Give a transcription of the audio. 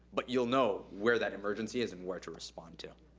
but you'll know where that emergency is and where to respond to.